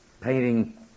painting